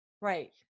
Right